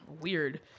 weird